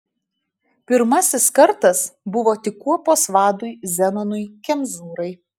pirmasis kartas buvo tik kuopos vadui zenonui kemzūrai